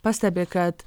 pastebi kad